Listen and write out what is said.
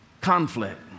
Conflict